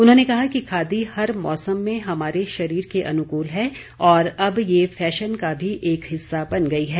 उन्होंने कहा कि खादी हर मौसम में हमारे शरीर के अनुकूल है और अब यह फैशन का भी एक हिस्सा बन गई है